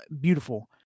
Beautiful